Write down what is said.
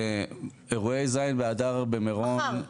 אירועי ז' באדר במירון.